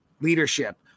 leadership